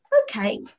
okay